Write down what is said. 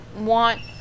want